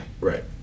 Right